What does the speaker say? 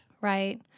Right